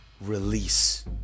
release